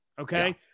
okay